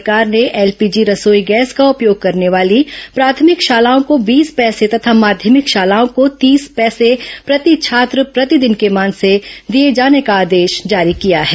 राज्य सरकार ने एलपीजी रसोई गैस का उपयोग करने वाली प्राथमिक शालाओं को बीस पैसे तथा माध्यमिक शालाओं को तीस पैसे प्रति छात्र प्रतिदिन के मान से दिए जाने का आदेश जारी किया है